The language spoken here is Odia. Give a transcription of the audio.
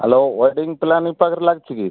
ହ୍ୟାଲୋ ୱେଡ଼ିଂ ପ୍ଲାନିଂ ପାଖରେ ଲାଗିଛି କି